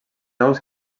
aus